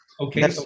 Okay